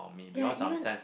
ya even